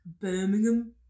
Birmingham